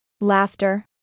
Laughter